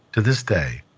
to this day,